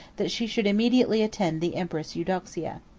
that she should immediately attend the empress eudoxia.